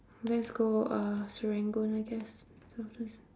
let's go uh serangoon I guess someplace